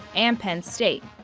and penn state.